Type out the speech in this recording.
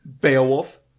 Beowulf